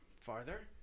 farther